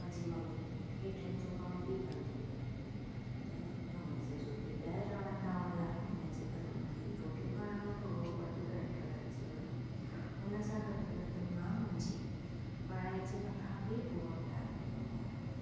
मुंहिंजी mummy catering जो कमु बि कंदी हुई त मम्मी सॼो ॾींहुं ॿाहिरि रहंदा हुआ इनजे करे मूंखे रोटी करण में मूंखे थोरो वधीक इंटरस अची वियो हुन सां मां मुंहिंजी पढ़ाई जे मथां बि पूरो ध्यानु ॾिनो आहे